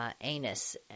Anus